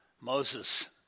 Moses